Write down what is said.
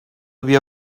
بیا